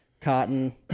cotton